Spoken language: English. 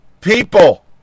people